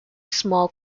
small